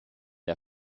der